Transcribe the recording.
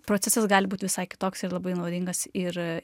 procesas gali būt visai kitoks ir labai naudingas ir